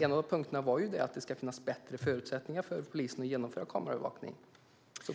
En av punkterna där är att det ska finnas bättre förutsättningar för polisen att genomföra kameraövervakning.